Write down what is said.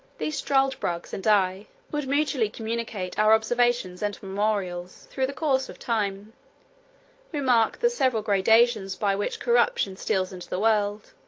struldbrugs and i would mutually communicate our observations and memorials, through the course of time remark the several gradations by which corruption steals into the world,